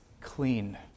clean